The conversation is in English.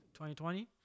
2020